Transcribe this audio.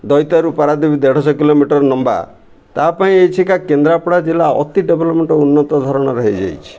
ଦଇତାରୁ ପାରାଦ୍ୱୀପ ଦେଢ଼ଶହ କିଲୋମିଟର ଲମ୍ବା ତା ପାଇଁ ଏଇ ଛେ କା କେନ୍ଦ୍ରାପଡ଼ା ଜିଲ୍ଲା ଅତି ଡେଭଲପମେଣ୍ଟ ଉନ୍ନତ ଧରଣର ହେଇଯାଇଛି